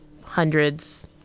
hundreds